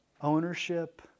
Ownership